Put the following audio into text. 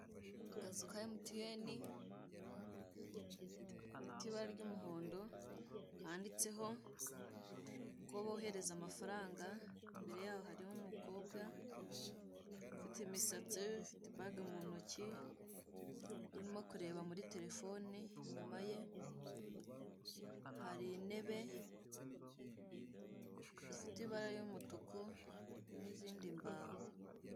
Akazu ka Emutiyeni k'ibara ry'umuhondo, kanditseho uko bohereza amafaranga, imbere yaho hariho umukobwa ufite imisatsi, ufite ibaga mu ntoki, urimo kureba muri telefoni, inyuma ye hari intebe zifite ibara ry'umutuku n'izindi mbaho.